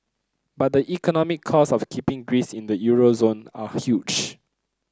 but the economic costs of keeping Greece in the euro zone are huge